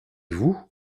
vous